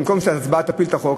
במקום שההצבעה תפיל את החוק,